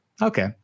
Okay